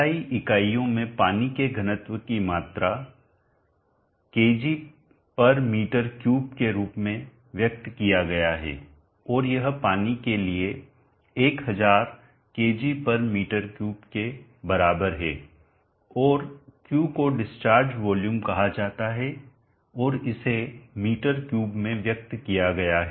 SI इकाइयों में पानी के घनत्व की मात्रा kgm3 के रूप में व्यक्त किया गया है और यह पानी के लिए 1000 kgm3 के बराबर है और Q को डिस्चार्ज वॉल्यूम कहा जाता है और इसे m3 में व्यक्त किया गया है